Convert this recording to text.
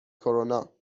کرونا